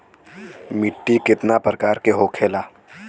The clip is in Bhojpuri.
मिट्टी कितना प्रकार के होखेला?